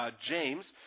James